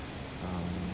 um